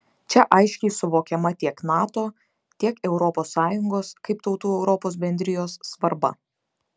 čia aiškiai suvokiama tiek nato tiek europos sąjungos kaip tautų europos bendrijos svarba